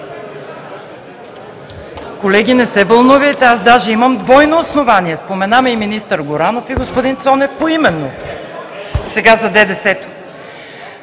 Колеги, не се вълнувайте, аз даже имам двойно основание. Спомена ме и министър Горанов и господин Цонев поименно. Сега за ДДС-то.